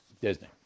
Disney